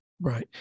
Right